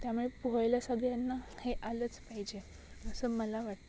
त्यामुळे पोह्यलं सगळ्यांना हे आलंच पाहिजे असं मला वाटतं